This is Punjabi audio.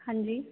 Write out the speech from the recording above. ਹਾਂਜੀ